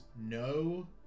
no